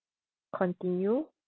continue